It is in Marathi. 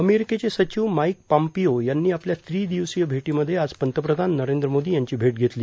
अमेरिकेचे सचिव माईक पाम्पीओ यांनी आपल्या त्री दिवसीय श्रेटीमध्ये आज पंतप्रधान नरेंद्र मोदी यांची भेट घेतली